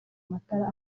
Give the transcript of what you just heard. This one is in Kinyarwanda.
matara